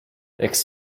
eks